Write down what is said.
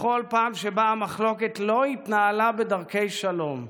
בכל פעם שבה המחלוקת לא התנהלה בדרכי שלום,